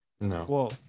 no